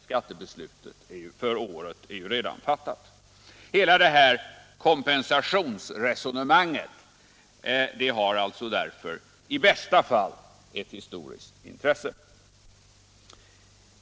Skattebeslutet för året har ju redan fattats, och hela detta kompensationsresonemang har därför i bästa fall ett historiskt intresse.